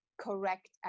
correct